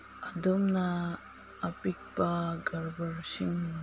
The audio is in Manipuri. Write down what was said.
ꯑꯗꯣꯝꯅ ꯑꯄꯤꯛꯄ ꯀꯔꯕꯥꯔꯁꯤꯡ